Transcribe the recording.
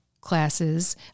classes